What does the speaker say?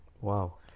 Wow